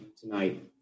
tonight